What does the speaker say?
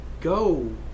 go